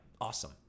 awesome